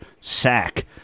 sack